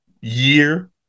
year